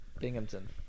Binghamton